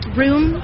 room